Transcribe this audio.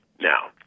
Now